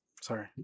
Sorry